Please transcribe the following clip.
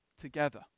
together